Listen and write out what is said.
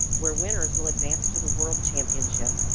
where winners will advance to the world championship.